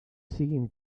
siguin